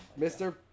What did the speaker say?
Mr